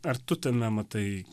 ar tu tame matai